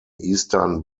eastern